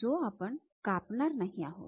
जो आपण कापणार नाही आहोत